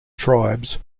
tribes